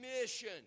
mission